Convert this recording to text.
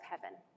heaven